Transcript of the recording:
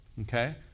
okay